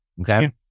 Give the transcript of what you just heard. Okay